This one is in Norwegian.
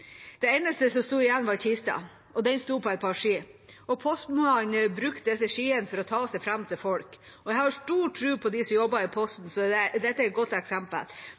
Det eneste som sto igjen, var kista. Den sto på et par ski, og postmannen brukte disse skiene for å ta seg fram til folk. Jeg har stor tro på dem som jobber i posten, så dette er et godt eksempel.